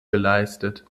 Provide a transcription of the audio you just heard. geleistet